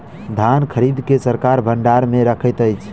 धान खरीद के सरकार भण्डार मे रखैत अछि